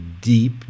deep